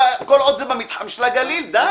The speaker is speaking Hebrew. כל עוד שזה במתחם של הגליל, די.